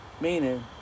meaning